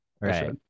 Right